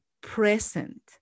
present